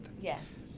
Yes